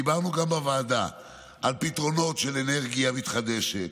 דיברנו גם בוועדה על פתרונות של אנרגיה מתחדשת.